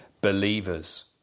believers